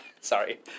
Sorry